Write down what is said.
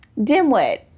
Dimwit